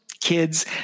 Kids